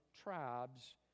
tribes